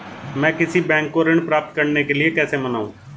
मैं किसी बैंक को ऋण प्राप्त करने के लिए कैसे मनाऊं?